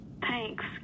Thanks